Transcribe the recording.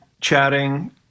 chatting